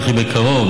וכי בקרוב,